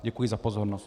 Děkuji za pozornost.